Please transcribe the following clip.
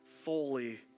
fully